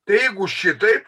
tai jeigu šitaip